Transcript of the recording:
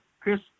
Chris